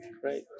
great